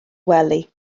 wely